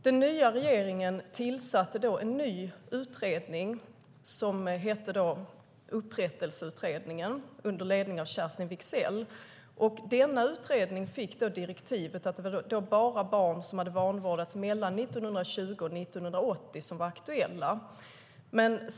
Den nya regeringen tillsatte då en ny utredning som hette Upprättelseutredningen under ledning av Kerstin Wigzell. Denna utredning fick då direktivet att det var bara barn som hade vanvårdats mellan 1920 och 1980 som var aktuella.